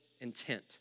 intent